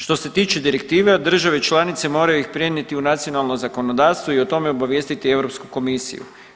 Što se tiče direktive države članice moraju ih prenijeti u nacionalno zakonodavstvo i o tome obavijestiti Europsku komisiju.